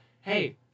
hey